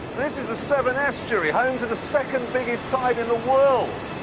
this is the severn estuary, home to the second biggest tide in the world.